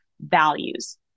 values